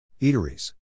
Eateries